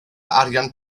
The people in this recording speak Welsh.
arian